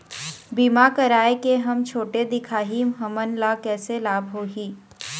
बीमा कराए के हम छोटे दिखाही हमन ला कैसे लाभ होही?